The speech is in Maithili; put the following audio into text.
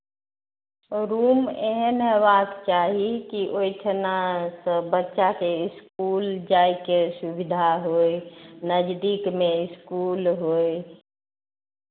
रूम एहन हेबाक चाही कि ओहिठिनासँ बच्चाके इसकुल जायके सुविधा होय नजदीकमे इसकुल होय